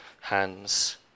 hands